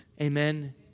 Amen